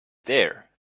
there